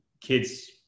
kids